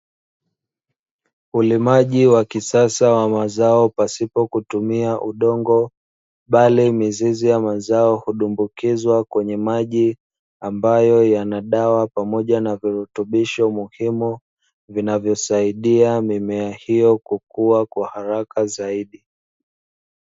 Ulimaji wa kisasa wa mazao pasipo kutumia udongo bali mizizi ya mazao hudumbukizwa kwenye maji, ambayo yana dawa pamoja na virutubisho muhimu vinavyosaidia mimea hiyo kukua kwa haraka zaidi.